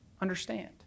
understand